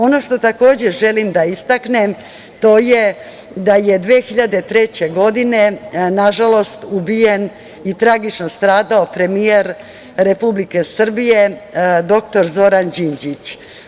Ono što takođe želim da istaknem, to je da je 2003. godine nažalost ubijen i tragično stradao premijer Republike Srbije, doktor Zoran Đinđić.